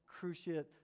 cruciate